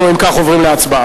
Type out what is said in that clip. אם כך, אנחנו עוברים להצבעה.